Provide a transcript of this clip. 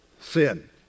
Sin